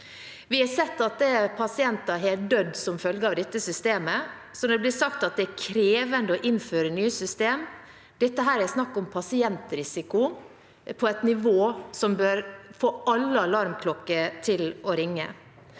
Vi har sett at pasienter har dødd som følge av dette systemet. Det blir sagt at det er krevende å innføre nye systemer, men dette er snakk om pasientrisiko på et nivå som bør få alle alarmklokker til å ringe.